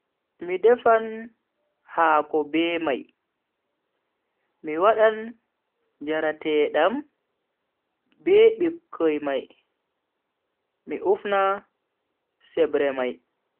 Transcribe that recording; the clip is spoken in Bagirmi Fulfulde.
Mi defan Hako be mai, mi wadan njarateedam be bikkoi mai, mi ufna sebre mai.